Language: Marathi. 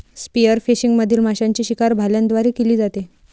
स्पीयरफिशिंग मधील माशांची शिकार भाल्यांद्वारे केली जाते